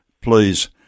please